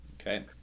Okay